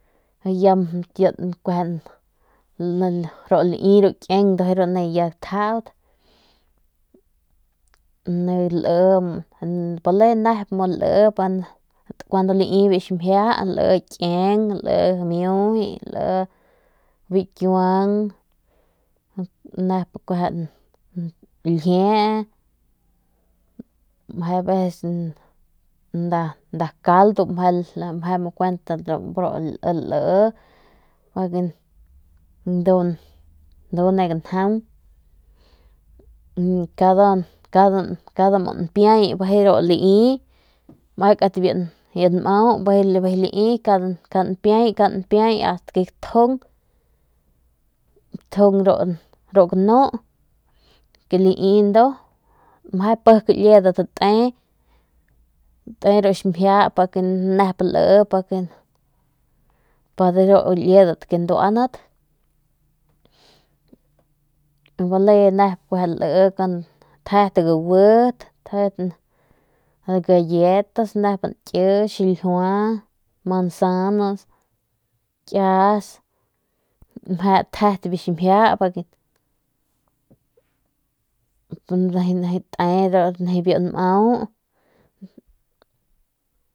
Y ya lai ru kieng ndujuy ne gatjaut meje veces nda caldo meje lii ndu ne ganjaung y cada npiay lai mekat biu nmau lai ast ke gatjung ru ganu ke lai ndu meje liedat te ru ximjia meje nep lii pa meje liedat ke nduanat te tjet kagut tjet galletas nep nkix xiljiua manzana kias meje tjet biu ximjia nijiy te biu nmau.